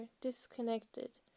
disconnected